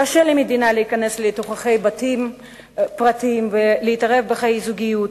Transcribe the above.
קשה למדינה להיכנס לתוך בתים פרטיים ולהתערב בחיי זוגיות,